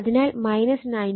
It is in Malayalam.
അതിനാൽ 90 113